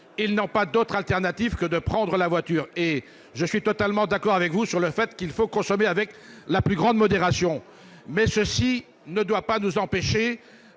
n'ont pas d'autre choix que de prendre la voiture. Je suis totalement d'accord avec vous sur le fait qu'il faut consommer avec la plus grande modération. Cela ne doit pas nous empêcher